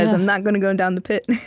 i'm not going to go down the pit.